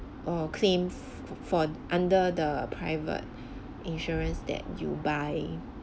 or claims for under the private insurance that you buy